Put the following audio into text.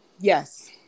yes